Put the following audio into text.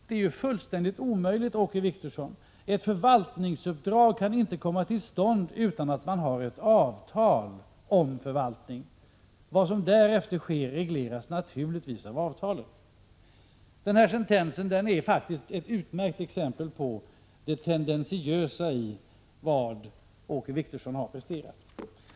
Det är ju fullständigt omöjligt, Åke Wictorsson. Ett förvaltningsuppdrag kan inte komma till stånd utan att man har ett avtal om förvaltning. Vad som därefter sker regleras naturligtvis av avtalet. Det här är faktiskt ett utmärkt exempel på det tendentiösa i vad Åke Wictorsson har presterat.